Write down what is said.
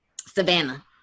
Savannah